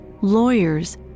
Lawyers